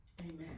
Amen